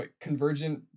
convergent